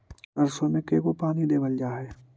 सरसों में के गो पानी देबल जा है?